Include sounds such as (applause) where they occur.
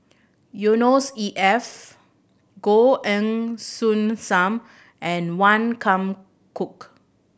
Yusnor E F Goh (unintelligible) Soon Sam and Wan Kam Cook